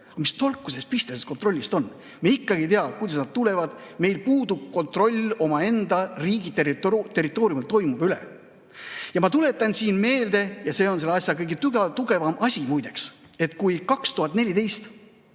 Mis tolku sest pisteliselt kontrollist on? Me ikkagi ei tea, kuidas nad tulevad, meil puudub kontroll omaenda riigi territooriumil toimuva üle. Ma tuletan siin meelde, ja see on selle asja kõige tugevam asi, muide, et kui 2014